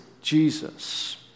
Jesus